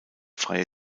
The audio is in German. freie